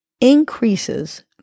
increases